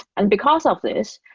and because of this,